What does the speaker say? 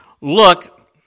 Look